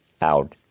out